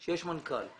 יש מנכ"ל.